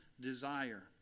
desire